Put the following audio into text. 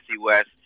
West